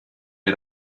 wir